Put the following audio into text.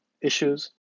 issues